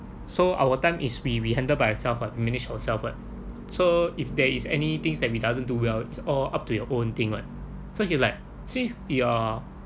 so our time is we we handled by itself or manage ourself [what] so if there is any things that we doesn't do well it's all up to your own thing [what] so he was like see your